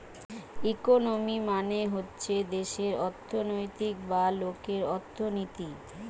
economy মানে হচ্ছে দেশের অর্থনৈতিক বা লোকের অর্থনীতি